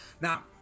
Now